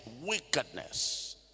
wickedness